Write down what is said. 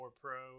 Pro